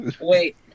Wait